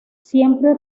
siempre